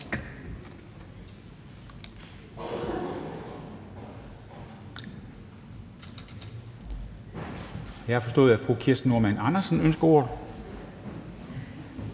Jeg forstår, at fru Kirsten Normann Andersen, SF, ønsker ordet.